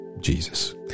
jesus